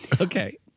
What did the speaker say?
Okay